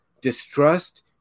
distrust